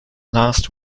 last